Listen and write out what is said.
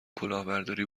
کلاهبرداری